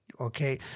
okay